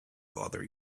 bother